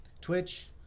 Twitch